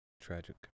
tragic